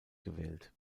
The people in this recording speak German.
gewählt